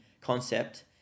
concept